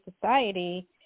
society